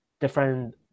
different